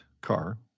car